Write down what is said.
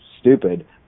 stupid